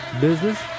business